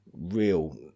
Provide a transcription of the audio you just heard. real